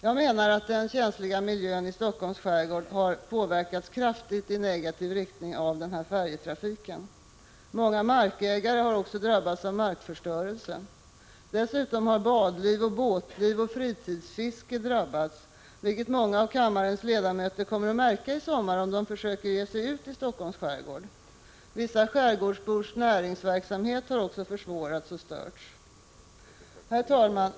Jag menar att den känsliga miljön i Helsingforss skärgård har påverkats kraftigt i negativ riktning av denna färjetrafik. Många markägare har också drabbats av markförstörelse. Dessutom har badliv, båtliv och fritidsfiske drabbats, vilket många av kammarens ledamöter kommer att märka i sommar, om de försöker ge sig ut i Helsingforss skärgård. Vissa skärgårds 67 Prot. 1985/86:136 bors näringsverksamhet har också försvårats och störts. Herr talman!